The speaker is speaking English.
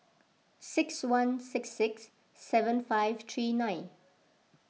six one six six seven five three nine